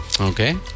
Okay